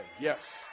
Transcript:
Yes